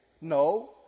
No